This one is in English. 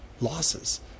losses